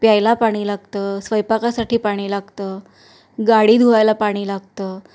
प्यायला पाणी लागतं स्वयंपाकासाठी पाणी लागतं गाडी धुवायला पाणी लागतं